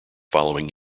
following